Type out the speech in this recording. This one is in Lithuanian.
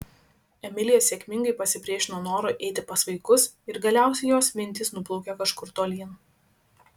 emilija sėkmingai pasipriešino norui eiti pas vaikus ir galiausiai jos mintys nuplaukė kažkur tolyn